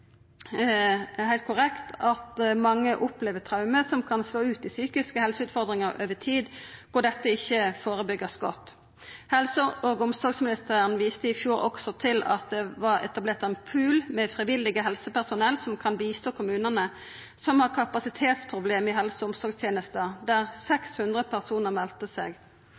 at mange opplever traume som kan slå ut i psykiske helseutfordringar over tid når dette ikkje vert godt førebygd. Helse- og omsorgsministeren viste i fjor også til at det var etablert ein pool med frivillig helsepersonell som kan hjelpe kommunar som har kapasitetsproblem i helse- og omsorgstenesta, og 600 personar meldte seg.